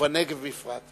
ובנגב בפרט.